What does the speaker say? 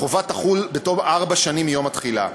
החובה תחול בתום ארבע שנים מיום התחילה.